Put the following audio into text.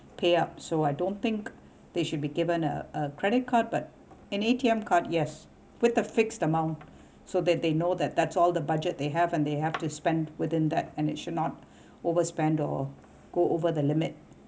pay up so I don't think they should be given a a credit card but an A_T_M card yes with the fixed amount so that they know that that's all the budget they have and they have to spend within that and it should not overspend or go over the limit